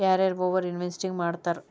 ಯಾರ ಯಾರ over investing ಮಾಡ್ತಾರಾ